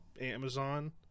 Amazon